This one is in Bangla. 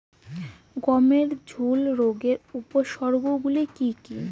গমের ঝুল রোগের উপসর্গগুলি কী কী?